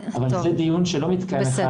זה דיון שלא מתקיים.